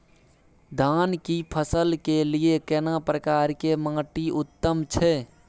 धान की फसल के लिये केना प्रकार के माटी उत्तम छै?